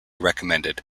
recommended